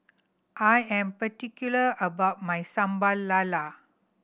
I am particular about my Sambal Lala